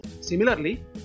similarly